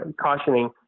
cautioning